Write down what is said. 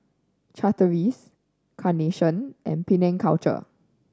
Chateraise Carnation and Penang Culture